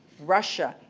russia,